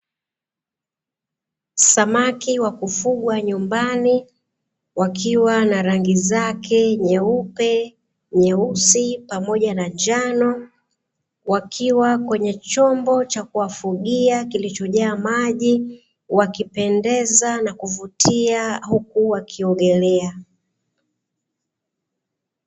Samaki wa kufugwa nyumbani, wakiwa na rangi zake nyeupe, nyeusi pamoja na njano, wakiwa kwenye chombo cha kuwafugia kilichojaa maji, wakipendeza na kuvutia huku wakiogelea.